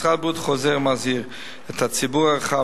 משרד הבריאות חוזר ומזהיר את הציבור הרחב